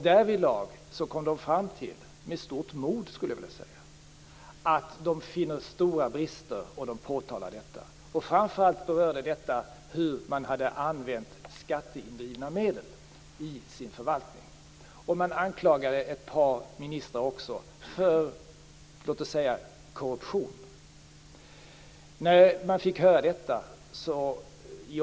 Därvidlag kom man fram till - under stort mod, skulle jag vilja säga - att det fanns stora brister, vilka man påtalade. Framför allt berörde detta hur skatteindrivna medel hade använts inom förvaltningen. Man anklagade också ett par ministrar för korruption.